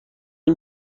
این